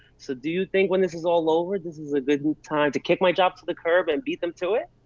so do you think when this is all over this is a good and time to kick my job to the curb and beat them to it?